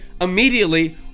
immediately